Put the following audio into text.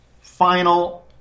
final